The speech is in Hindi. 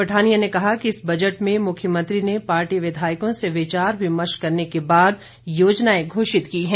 पठानिया ने कहा कि इस बजट में मुख्यमंत्री ने पार्टी विधायकों से विचार विमर्श करने के बाद योजनाएं घोषित की हैं